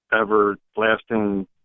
ever-lasting